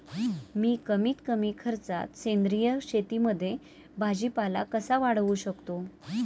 मी कमीत कमी खर्चात सेंद्रिय शेतीमध्ये भाजीपाला कसा वाढवू शकतो?